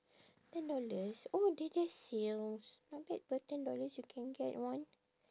ten dollars oh they there's sales not bad for ten dollars you can get one